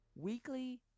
weekly